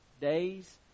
days